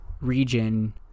region